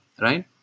right